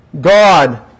God